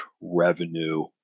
revenue